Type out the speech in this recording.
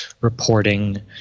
reporting